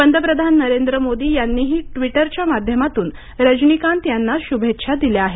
पंतप्रधान नरेंद्र मोदी यांनीही ट्वीटरच्या माध्यमातून रजनीकांत यांना श्भेच्छा दिल्या आहेत